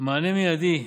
מענה מיידי.